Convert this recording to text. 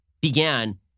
began